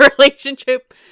relationship